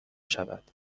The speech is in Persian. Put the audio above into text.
شود